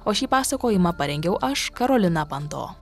o šį pasakojimą parengiau aš karolina panto